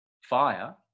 Fire